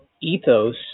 ethos